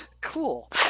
cool